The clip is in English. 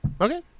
Okay